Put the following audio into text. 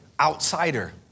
outsider